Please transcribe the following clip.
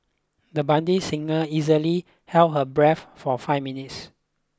the budding singer easily held her breath for five minutes